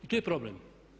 I tu je problem.